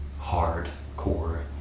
hardcore